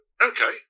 okay